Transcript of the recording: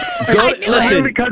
Listen